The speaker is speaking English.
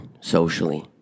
socially